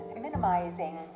minimizing